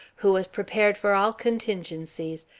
who was prepared for all contingencies,